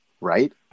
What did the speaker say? Right